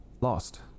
lost